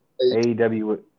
AEW